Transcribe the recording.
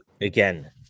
Again